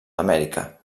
amèrica